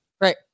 Right